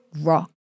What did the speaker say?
rock